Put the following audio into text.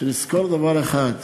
שנזכור דבר אחד: